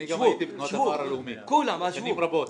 אני גם הייתי בתנועת הנוער הלאומי שנים רבות.